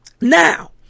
now